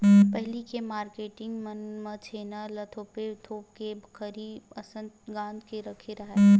पहिली के मारकेटिंग मन ह छेना ल थोप थोप के खरही असन गांज के रखे राहय